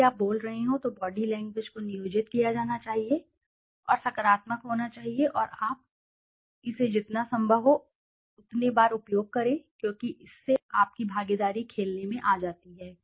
जब भी आप बोल रहे हों तो बॉडी लैंग्वेज को नियोजित किया जाना चाहिए और सकारात्मक होना चाहिए और आप इसे जितना संभव हो उतने बार उपयोग करें क्योंकि इससे आपकी भागीदारी खेलने में आ जाती है